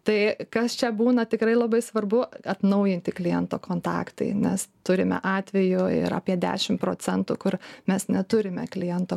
tai kas čia būna tikrai labai svarbu atnaujinti kliento kontaktai nes turime atvejų yra apie dešim procentų kur mes neturime kliento